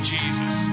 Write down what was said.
Jesus